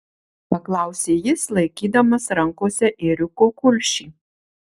paklausė jis laikydamas rankose ėriuko kulšį